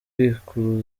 bikaba